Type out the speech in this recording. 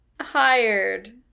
hired